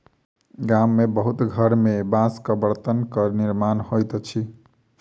गाम के बहुत घर में बांसक बर्तनक निर्माण होइत अछि